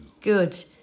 Good